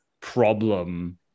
problem